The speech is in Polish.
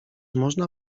można